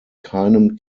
keinem